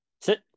Sit